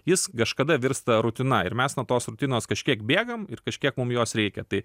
jis kažkada virsta rutina ir mes nuo tos rutinos kažkiek bėgam ir kažkiek mum jos reikia tai